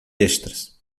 extras